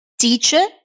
Teacher